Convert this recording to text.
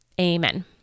Amen